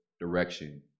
direction